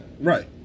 Right